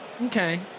Okay